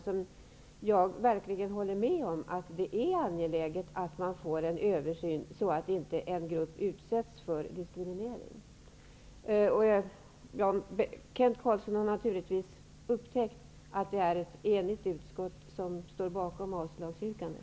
Jag håller verkligen med om att det är angeläget att göra en översyn så att en grupp inte utsätts för diskriminering. Kent Carlsson har naturligtvis upptäckt att det är ett enigt utskott som står bakom avslagsyrkandet.